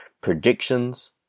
predictions